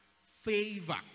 favor